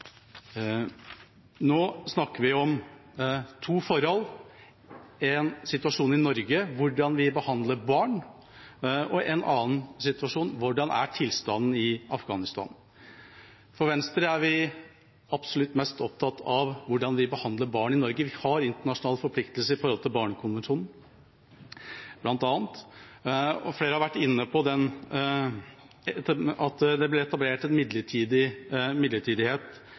Nå snakker vi om to forhold – en situasjon om hvordan vi behandler barn i Norge, og en annen situasjon om hvordan tilstanden er i Afghanistan. I Venstre er vi absolutt mest opptatt av hvordan vi behandler barn i Norge. Vi har internasjonale forpliktelser i henhold til bl.a. barnekonvensjonen, og flere har vært inne på at det ble etablert en midlertidighet